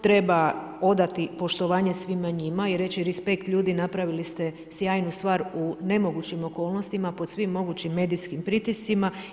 Treba odati poštovanje svima njima i reći respekt ljudi, napravili ste sjajnu stvar u nemogućim okolnostima, pod svim mogućim medijskim pritiscima.